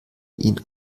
ihn